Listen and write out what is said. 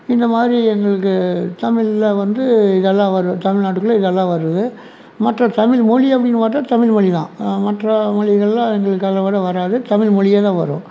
இந்தமாதிரி எங்களுக்குத் தமிழில் வந்து இதெல்லாம் வரும் தமிழ்நாட்டுக்குள்ளே இதெல்லாம் வருது மற்ற தமிழ் மொழி அப்படின்னு பார்த்தா தமிழ் மொழிதான் மற்ற மொழிகள்லாம் எங்களுக்கு அதைவிட வராது தமிழ் மொழியே தான் வரும்